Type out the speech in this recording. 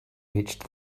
reached